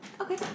Okay